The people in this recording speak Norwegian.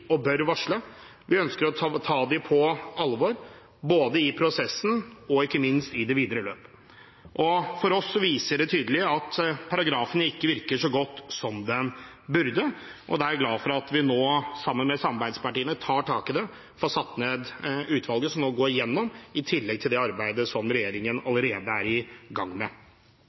og bør varsle. Vi ønsker å ta dem på alvor, både i prosessen og ikke minst i det videre løp. For oss viser dette tydelig at paragrafen ikke virker så godt som den burde, og jeg er glad for at vi nå sammen med samarbeidspartiene tar tak i det, får satt ned utvalget som nå skal gå gjennom dette – i tillegg til det arbeidet som regjeringen allerede er i gang med.